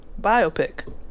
biopic